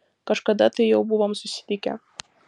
kažkada tai jau buvom susitikę